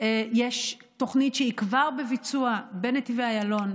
יש תוכנית שהיא כבר בביצוע בנתיבי איילון,